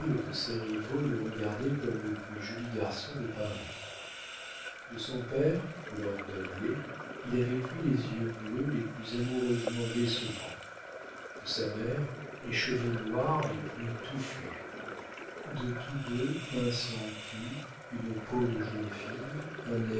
de ses rivaux le regardaient comme le plus joli garçon de paris de son père lord dudley il avait pris les yeux bleus les plus amoureusement décevants de sa mère les cheveux noirs les plus touffus de tous deux un sang pur une peau de jeune fille un